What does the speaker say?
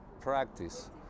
practice